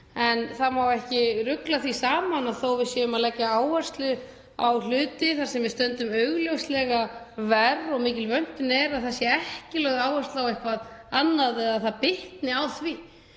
en það má ekki rugla þessu saman. Þó að við séum að leggja áherslu á hluti þar sem við stöndum augljóslega verr og mikil vöntun er þá er það ekki svo að ekki sé lögð áhersla á eitthvað annað eða það bitni á því.